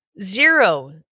zero